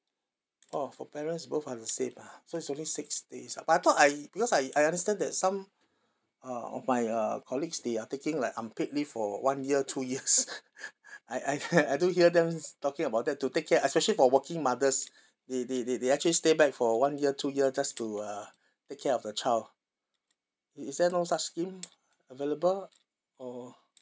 orh for parents both are the same ah so it's only six days ah but I thought I because I I understand that some of my uh colleagues they are taking like unpaid leave for one year two years I I I do hear them talking about that to take care especially for working mothers they they they they actually stay back for one year two year just to uh take care of the child is there no such scheme available or